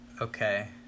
Okay